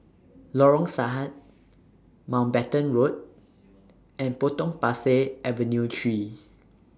Lorong Sahad Mountbatten Road and Potong Pasir Avenue three